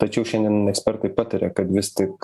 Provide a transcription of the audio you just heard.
tačiau šiandien ekspertai pataria kad vis tik